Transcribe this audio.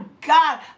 God